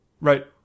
right